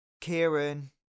Kieran